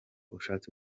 ushatse